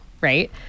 right